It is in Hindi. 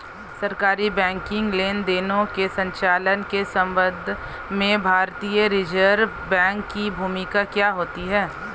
सरकारी बैंकिंग लेनदेनों के संचालन के संबंध में भारतीय रिज़र्व बैंक की भूमिका क्या होती है?